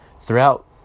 Throughout